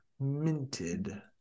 minted